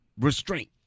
restraint